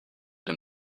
dem